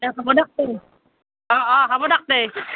দিয়ক হ'ব দিয়ক তে অঁ অঁ হ'ব দিয়ক তে